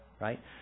right